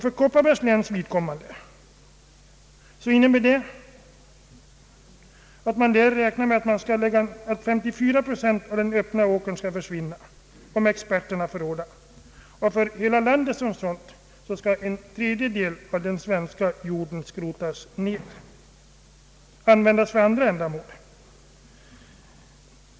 För Kopparbergs läns vidkommande innebär denna prognos att man räknar med att 54 procent av den öppna åkern skall försvinna, om experterna får råda. För hela landet skall en tredjedel av den svenska jorden läggas igen och användas för andra ändamål.